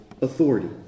authority